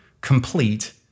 complete